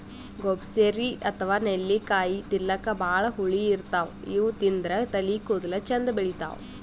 gooseberry ಅಥವಾ ನೆಲ್ಲಿಕಾಯಿ ತಿಲ್ಲಕ್ ಭಾಳ್ ಹುಳಿ ಇರ್ತವ್ ಇವ್ ತಿಂದ್ರ್ ತಲಿ ಕೂದಲ ಚಂದ್ ಬೆಳಿತಾವ್